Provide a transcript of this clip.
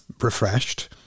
refreshed